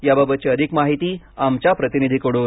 याबाबतची अधिक माहिती आमच्या प्रतिनिधीकडून